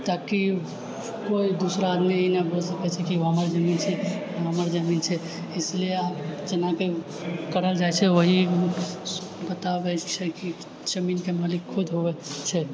ताकि कोइ दूसरा आदमी ई नहि बोल सकै छै कि ओ हमर जमीन छै हमर जमीन छै इसीलिए जेना करल जाइ छै वही बताबै छै की जमीनके मालिक खुद ओ छै